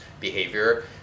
behavior